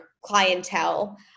clientele